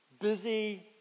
busy